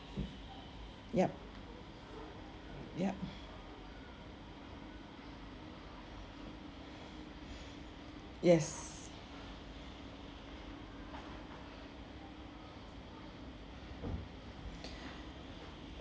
yup yup yes